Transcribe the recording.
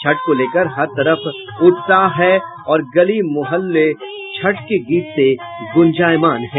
छठ को लेकर हर तरफ उत्साह है और गली मोहल्लों छठ के गीत से गूंजायमान हैं